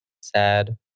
Sad